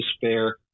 despair